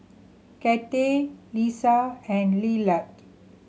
Kathy Lesa and Lillard